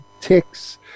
ticks